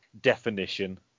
definition